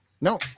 No